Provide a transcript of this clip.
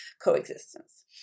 coexistence